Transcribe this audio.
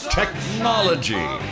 technology